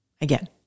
Again